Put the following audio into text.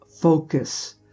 focus